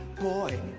boy